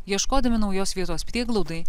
ieškodami naujos vietos prieglaudai